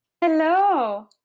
Hello